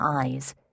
eyes